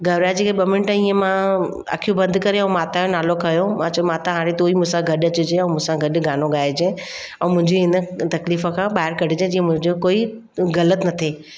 घबराइजी करे ॿ मिंट ईअं मां अखियूं बंदि करे ऐं माता जो नालो खयो मां चयो माता हाणे तूं ई मूंसां गॾु अचिजो मूंसां गॾु गानो ॻाइजे ऐं मुंहिंजी हिन तकलीफ़ खां ॿाहिरि कढिजे जीअं मुंहिंजो कोई ग़लति न थिए